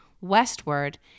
westward